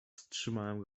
wstrzymałem